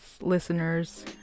listeners